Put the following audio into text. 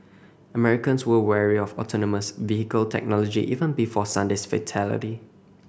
Americans were wary of autonomous vehicle technology even before Sunday's fatality